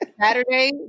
Saturday